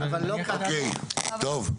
אוקיי, טוב.